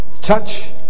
touch